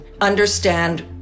understand